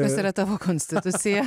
kas yra tavo konstitucija